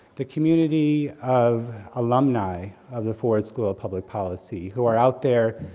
the community of alumni of the ford school of public policy, who are out there,